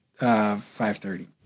530